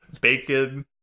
bacon